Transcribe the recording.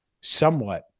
somewhat